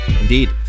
Indeed